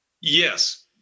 Yes